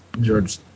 George